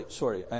sorry